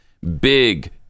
big